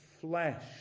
flesh